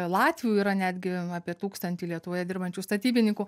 latvių yra netgi apie tūkstantį lietuvoje dirbančių statybininkų